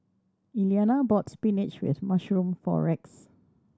Iliana bought spinach with mushroom for Rex